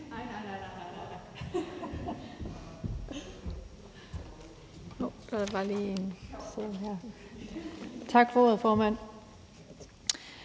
Tak for ordet, formand,